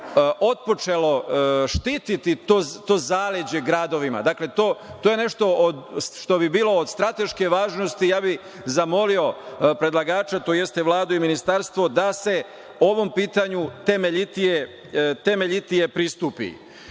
otpočelo, štititi tu zaleđe gradovima. Dakle, to je nešto što bi bilo od strateške važnosti, zamolio bih predlagača tj. Vladu i Ministarstvo, da se ovom pitanju temeljitije pristupi.S